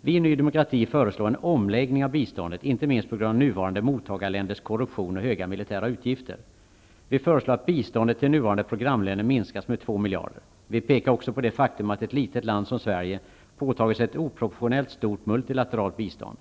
Vi i Ny Demokrati föreslår en omläggning av biståndet, inte minst på grund av de nuvarande mottagarländernas korruption och höga militära utgifter. Vi föreslår att biståndet till nuvarande programländer minskas med 2 miljarder kronor. Vi pekar också på det faktum att ett litet land som Sverige påtagit sig ett oproportionerligt stort multilateralt bistånd.